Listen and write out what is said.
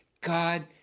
God